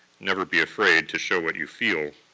never be afraid to show what you feel.